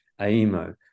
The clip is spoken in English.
AEMO